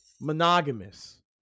monogamous